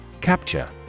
Capture